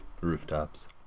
rooftops